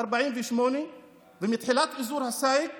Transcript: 1948 ומתחילת אזור הסייג